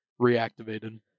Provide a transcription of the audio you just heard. reactivated